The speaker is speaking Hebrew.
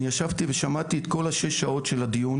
אני ישבתי ושמעתי את כל השש שעות של הדיון,